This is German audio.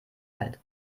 halt